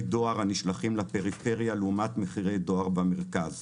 דואר הנשלחים לפריפריה לעומת מחירי דו אר במרכז.